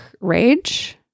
rage